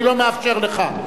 אני לא מאפשר לך.